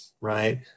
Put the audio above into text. right